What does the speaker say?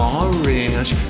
orange